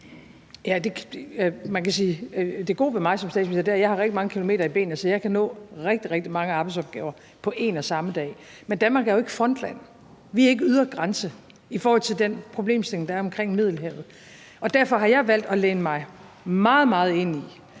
at det gode ved mig som statsminister er, at jeg har rigtig mange kilometer i benene, så jeg kan nå rigtig, rigtig mange arbejdsopgaver på en og samme dag. Men Danmark er jo ikke frontland. Vi er ikke en ydre grænse i forhold til den problemstilling, der er omkring Middelhavet, og derfor har jeg valgt at læne mig meget, meget ind i